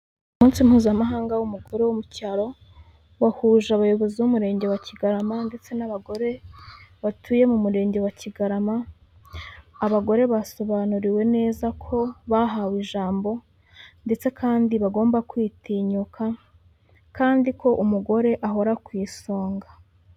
Umunsi mpuzamahanga w'umugore wo mu cyaro, wahuje abayobozi b'Umurenge wa Kigarama ndetse n'abagore batuye mu Murenge wa Kigarama, abagore basobanuriwe neza ko bahawe ijambo, ndetse kandi bagomba kwitinyuka, kandi ko umugore ahora ku isonga.